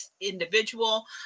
individual